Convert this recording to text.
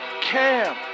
Cam